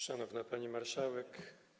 Szanowna Pani Marszałek!